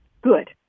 Good